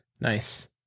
nice